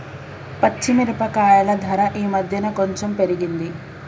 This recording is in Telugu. పచ్చి మిరపకాయల ధర ఈ మధ్యన కొంచెం పెరిగింది